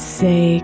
say